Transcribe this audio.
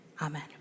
Amen